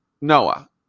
Noah